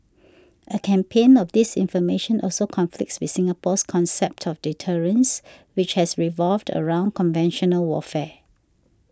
a campaign of disinformation also conflicts with Singapore's concept of deterrence which has revolved around conventional warfare